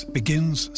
begins